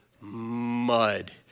mud